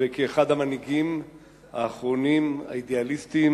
וכאחד המנהיגים האחרונים האידיאליסטיים